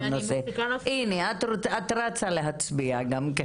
הינה, את רצה להצביע גם כן.